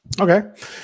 Okay